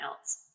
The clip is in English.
else